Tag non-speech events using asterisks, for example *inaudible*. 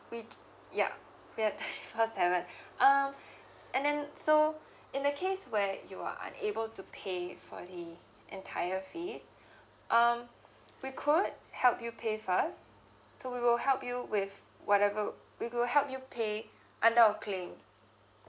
we yup we are twenty four *laughs* seven um and then so in the case where you are unable to pay for the entire fees um we could help you pay first so we will help you with whatever we will help you pay under our claim